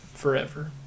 Forever